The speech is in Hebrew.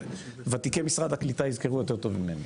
וותיקי משרד הקליטה יזכרו יותר טוב ממני.